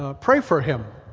ah pray for him